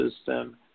system